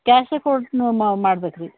ಕ್ಯಾಶೆ ಕೊಟ್ಟು ಮಾಡ್ಬೇಕು ರೀ